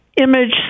image